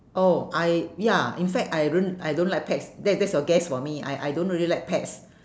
oh I ya in fact I don't I don't like pets that that's your guess for me I I don't really like pets